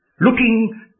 looking